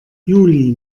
juli